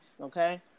Okay